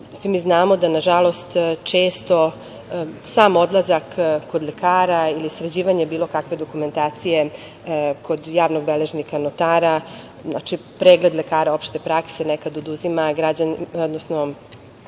Svi mi znamo da, nažalost, često sam odlazak kod lekara ili sređivanje bilo kakve dokumentacije kod javnog beležnika, notara, pregled lekara opšte prakse nekad oduzima građanima, odnosno